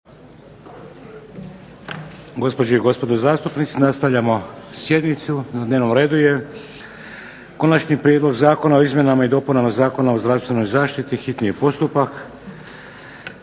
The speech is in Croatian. Gospođe i gospodo zastupnici, nastavljamo sjednicu. Na dnevnom redu je ¬- Konačni prijedlog zakona o izmjenama i dopunama Zakona o zdravstvenoj zaštiti, hitni postupak,